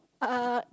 uh